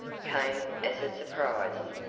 came as a surprise.